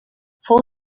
fou